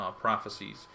prophecies